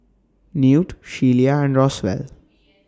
Newt Shelia and Roswell